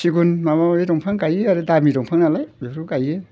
सिगुन माबा माबि बिफां गायो आरो दामि बिफां नालाय बेफोरखौ गायो